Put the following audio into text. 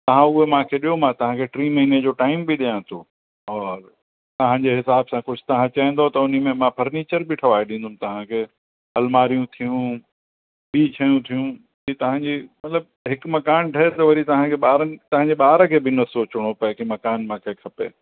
तव्हां हूअ मूंखे ॾियो मां तव्हांखे टी महीने जो टाइम बि ॾियां थो और तव्हांजे हिसाब सां कुझु तव्हां चवंदव त हुनमें कुझु फ़र्नीचर बि ठहाए ॾींदमि तव्हांखे अलमारियूं थियूं ॿी शयूं थियूं ही तव्हांजे मतिलब हिक मकानु ठहे त तव्हांखे वरी ॿारनि तव्हांजे ॿार खे बि सोचिणो पए की मकान मूंखे खपे